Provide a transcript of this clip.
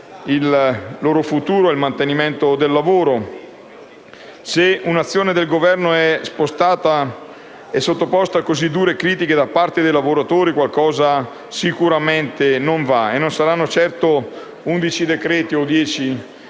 il loro futuro e come mantenere il lavoro. Se un'azione del Governo è sottoposta a così dure critiche da parte dei lavoratori, qualcosa sicuramente non va e non saranno certo dieci o undici decreti